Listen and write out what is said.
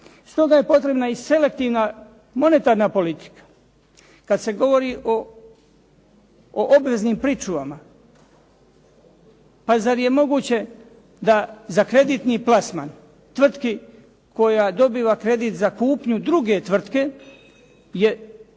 Stoga je potrebna i selektivna monetarna politika. Kad se govori o obveznim pričuvama pa zar je moguće da za kreditni plasman tvrtki koja dobiva kredit za kupnju druge tvrtke je obvezna